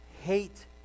Hate